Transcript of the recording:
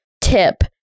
tip